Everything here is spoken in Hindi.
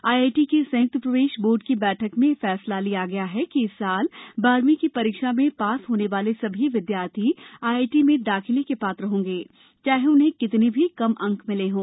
आईआईटी के संयुक्त प्रवेश बोर्ड की बैठक में यह फैसला लिया गया कि इस वर्ष बारहवीं की परीक्षा में उत्तीर्ण होने वाले सभी विद्यार्थी आईआईटी में दाखिले के पात्र होंगे चाहे उन्हें कितने भी अंक मिले हों